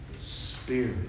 Spirit